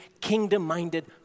kingdom-minded